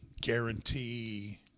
Guarantee